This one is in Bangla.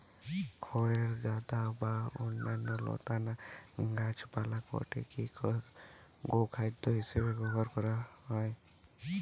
খড়ের গাদা বা অন্যান্য লতানা গাছপালা কাটিকি গোখাদ্য হিসেবে ব্যবহার করা হয়